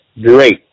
great